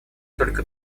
только